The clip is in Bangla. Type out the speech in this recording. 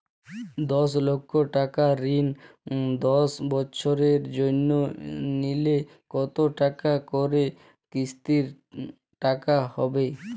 দশ লক্ষ টাকার ঋণ দশ বছরের জন্য নিলে কতো টাকা করে কিস্তির টাকা হবে?